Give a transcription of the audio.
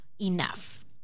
enough